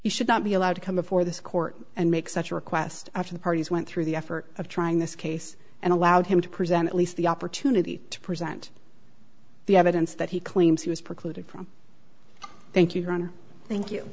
you should not be allowed to come before this court and make such a request after the parties went through the effort of trying this case and allowed him to present at least the opportunity to present the evidence that he claims he was precluded from thank you ron thank you